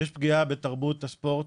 ישנה פגיעה בתרבות הספורט,